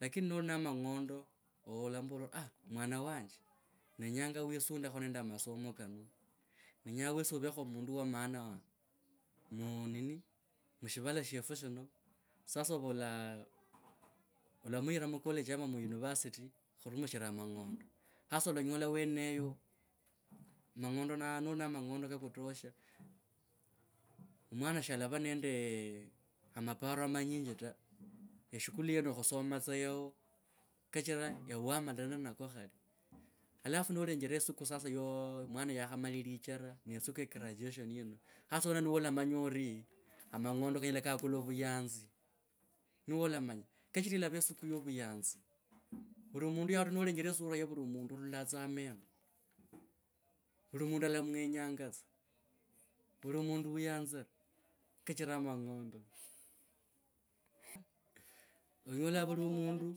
Lakini noli na amang’ondo olambora aah, mwana wanje ndenyanga wisundekho nende amasomo kano. Nenya wesi ovekho mundu wa maana mu nini mushivala shofu shino sasa ova ola olamuyira mu college ama mu university khurumishiraaa amang’ondo hasa alanyola wenee mang’ondo noli na mang’ondo ka kutossha mwana shalava nende maparo manyinji ta. Eshukuli yiye nokhusoma tsa yao kachira ewe wamalana nako khale. Alafu nolenjera esiku sasa yo mwana wakhamala lichera e siku ya graduation yino hasa awenao niwo olamanya orii amang’ondo kanyela kakula ovuyanzi niwo olamanya ori amang’ondo. Olanyola vuli mundu,